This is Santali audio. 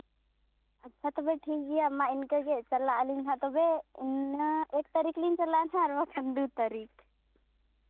ᱟᱪᱪᱷᱟ ᱛᱚᱵᱮ ᱴᱷᱤᱠ ᱜᱮᱭᱟ ᱢᱟ ᱤᱱᱠᱟᱹᱜᱮ ᱪᱟᱞᱟᱜ ᱟᱹᱞᱤᱧ ᱦᱟᱸᱜ ᱛᱚᱵᱮ ᱚᱱᱟ ᱮᱠ ᱛᱟᱹᱨᱤᱠᱷ ᱞᱤᱧ ᱪᱟᱞᱟᱜᱼᱟ ᱟᱨ ᱵᱟᱠᱷᱟᱱ ᱫᱩ ᱛᱟᱹᱨᱤᱠᱷ